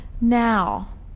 now